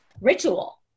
ritual